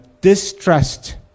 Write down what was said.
distrust